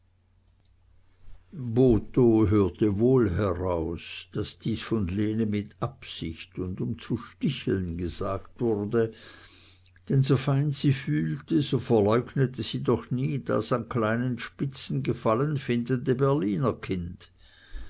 hörte wohl heraus daß dies von lene mit absicht und um zu sticheln gesagt wurde denn so fein sie fühlte so verleugnete sie doch nie das an kleinen spitzen gefallen findende berliner kind